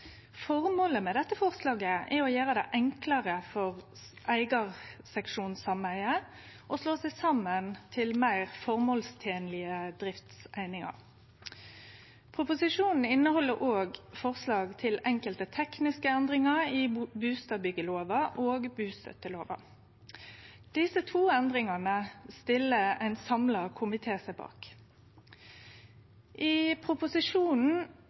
Formålet med dette forslaget er å gjere det enklare for eigarseksjonssameige å slå seg saman til meir formålstenlege driftseiningar. Proposisjonen inneheld òg forslag til enkelte tekniske endringar i bustadbyggjelagslova og bustøttelova. Desse to endringane stiller ein samla komité seg bak. I proposisjonen